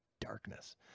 darkness